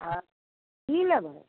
की लेबै